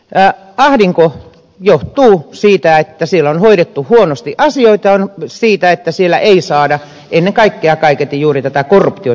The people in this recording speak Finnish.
portugalin ahdinko johtuu siitä että siellä on hoidettu huonosti asioita siitä että siellä ei kaiketi saada ennen kaikkea juuri tätä korruptiota kuriin